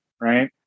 right